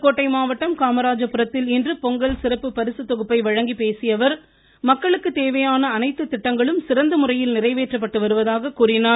புதுக்கோட்டை மாவட்டம் காமராஜபுரத்தில் இன்று பொங்கல் சிறப்பு பரிசு தொகுப்பை வழங்கிப்பேசியஅவர் மக்களுக்கு தேவையான அனைத்து திட்டங்களும் சிறந்த முறையில் நிறைவேற்றப்பட்டு வருவதாக கூறினார்